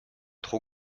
trop